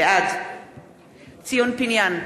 בעד ציון פיניאן,